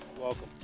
welcome